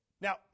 Now